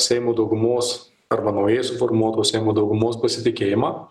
seimo daugumos arba naujai suformuotos daugumos pasitikėjimą